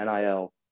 NIL